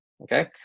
okay